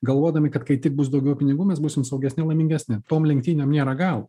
galvodami kad kai tik bus daugiau pinigų mes būsim saugesni laimingesni tom lenktynėm nėra galo